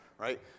Right